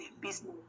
business